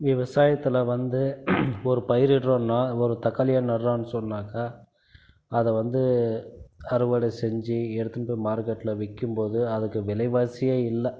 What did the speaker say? விவசாயத்தில் வந்து ஒரு பயிரிடுகிறோம்னா ஒரு தக்காளியை நடுகிறோம்னு சொன்னாக்கால் அதை வந்து அறுவடை செஞ்சு எடுத்துன்னு போய் மார்க்கெட்டில் விற்கும் போது அதுக்கு விலைவாசியே இல்லை